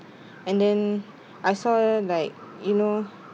and then I saw like you know